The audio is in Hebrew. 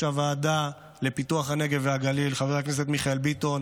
הוועדה לפיתוח הנגב והגליל חבר הכנסת מיכאל ביטון.